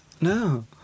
No